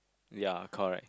ya correct